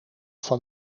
van